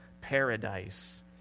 paradise